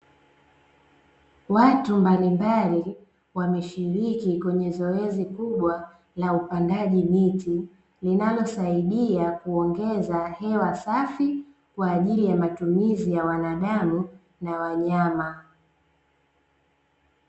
Watu mbalimbali wameshiriki kwenye zoezi kubwa la upandaji miti linalosaidia kuongeza hewa safi kwa ajili ya matumizi ya wanadamu na wanyama.